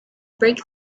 break